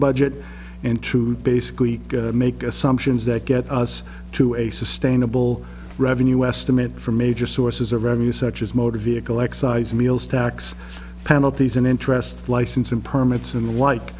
budget and to basically make assumptions that get us to a sustainable revenue estimate for major sources of revenue such as motor vehicle excise meals tax penalties and interest license and permits and